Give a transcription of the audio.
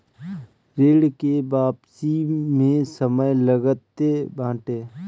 ऋण के वापसी में समय लगते बाटे